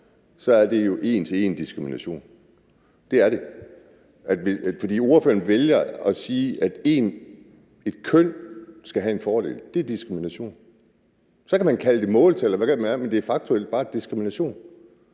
er det jo en til en diskrimination. Det er det. Ordføreren vælger at sige, at et køn skal have en fordel, og det er diskrimination. Så kan man kalde det måltal og alt muligt andet, men det er faktuelt bare diskrimination.